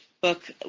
book